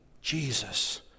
Jesus